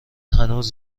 هنوز